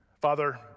Father